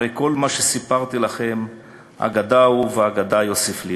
הרי כל מה שסיפרתי לכם אגדה הוא ואגדה יוסיף להיות".